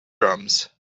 drums